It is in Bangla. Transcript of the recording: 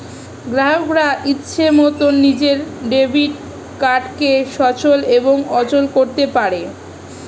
গ্রাহকরা ইচ্ছে মতন নিজের ডেবিট কার্ডকে সচল এবং অচল করতে পারে